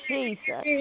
Jesus